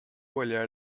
olhar